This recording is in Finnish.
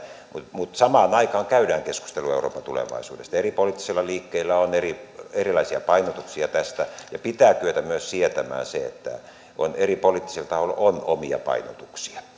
mutta samaan aikaan käydään keskusteluja euroopan tulevaisuudesta eri poliittisilla liikkeillä on erilaisia painotuksia tästä ja pitää kyetä myös sietämään se että eri poliittisilla tahoilla on omia painotuksiaan